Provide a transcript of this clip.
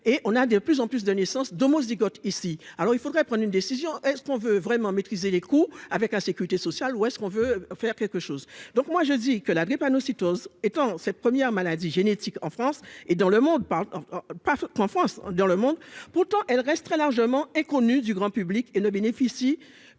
et on a de plus en plus de naissances d'homozygote ici, alors il faudrait prendre une décision, est ce qu'on veut vraiment maîtriser les coûts avec la sécurité sociale ou est-ce qu'on veut faire quelque chose, donc moi je dis que là n'est pas n'aussitôt étant cette première maladie génétique en France et dans le monde parle, parce qu'en France dans le monde, pourtant, elle reste très largement inconnue du grand public et ne bénéficient